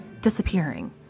disappearing